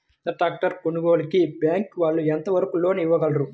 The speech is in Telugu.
పెద్ద ట్రాక్టర్ కొనుగోలుకి బ్యాంకు వాళ్ళు ఎంత వరకు లోన్ ఇవ్వగలరు?